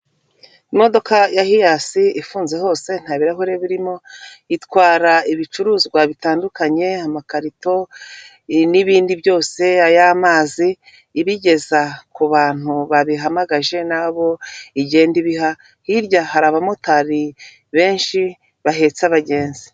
Imodoka ya hiyasi ifunze hose nta birarahuri birimo, itwara ibicuruzwa bitandukanye amakarito n'ibindi byose ay'amazi, ibigeza ku bantu babihamagaje n'abo igenda ibiha hirya hari abamotari benshi bahetse abagenzi.